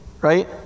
right